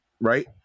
right